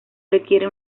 requiere